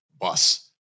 bus